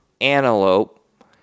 antelope